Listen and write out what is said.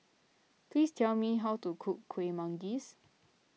please tell me how to cook Kueh Manggis